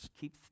keep